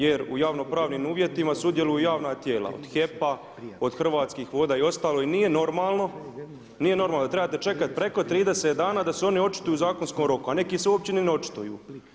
Jer u javno-pravnim uvjetima sudjeluju javna tijela, od HEP-a, od Hrvatskih voda i ostalo i nije normalno da trebate čekati preko 30 dana da se oni očituju u zakonskom roku, a neki se uopće ni ne očituju.